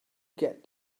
get